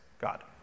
God